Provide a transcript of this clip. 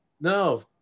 no